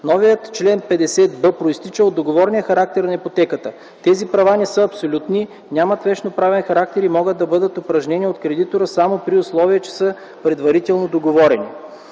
Новият чл. 50б произтича от договорния характер на ипотеката. Тези права не са абсолютни, нямат вещноправен характер и могат да бъдат упражнени от кредитора, само при условие, че са предварително договорени.